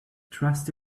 trust